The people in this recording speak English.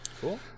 Cool